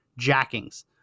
jackings